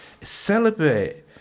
Celebrate